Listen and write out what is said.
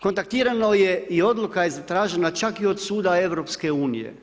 Kontaktirano je i odluka je zatražena čak i od suda EU.